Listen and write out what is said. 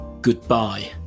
goodbye